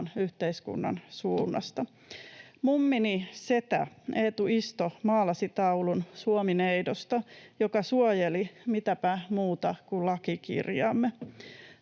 yhteiskunnan suunnasta. Mummini setä Eetu Isto maalasi taulun Suomi-neidosta, joka suojeli, mitäpä muuta kuin lakikirjaamme.